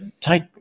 take